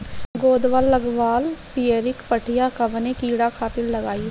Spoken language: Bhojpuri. गोदवा लगवाल पियरकि पठिया कवने कीड़ा खातिर लगाई?